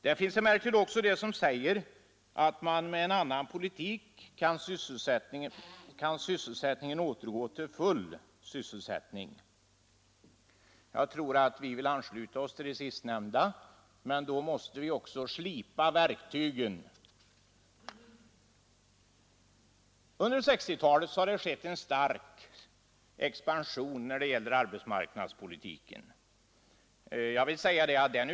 Det finns emellertid också de som säger att med en annan politik kan sysselsättningen återgå till full omfattning. Jag tror att vi vill ansluta oss till den sistnämnda uppfattningen, men då måste vi också slipa verktygen. Under 1960-talet har det skett en stark expansion när det gäller arbetsmarknadspolitiken.